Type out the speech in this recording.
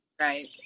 Right